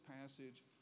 passage